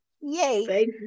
Yay